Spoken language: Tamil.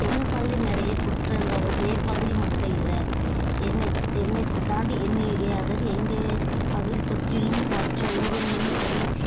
எங்கள் பகுதியில் நிறைய குற்றங்கள் என் பகுதி மட்டும் இல்லை என்னை என்னை தாண்டி என்னை அதாவது எங்கள் பகுதி சுற்றிலும் மற்ற ஊருங்களிலும் சரி